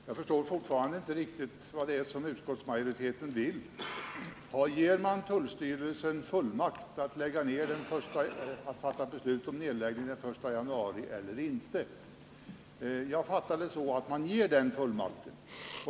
Fru talman! Jag förstår fortfarande inte riktigt vad det är som utskottsmajoriteten vill. Föreslår man att tullstyrelsen skall få fullmakt att fatta beslut om nedläggning den 1 januari eller inte? Jag fattar det så att man vill ge den fullmakten.